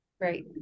Right